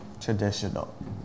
traditional